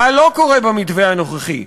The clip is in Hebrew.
מה לא קורה במתווה הנוכחי?